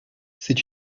c’est